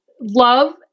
love